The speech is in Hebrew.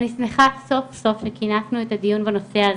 אני שמחה סוף סוף שכינסנו את הדיון בנושא הזה.